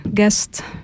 guest